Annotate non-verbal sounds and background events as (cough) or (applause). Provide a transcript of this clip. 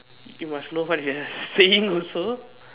you must know what you are saying (laughs) also